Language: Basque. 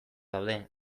daude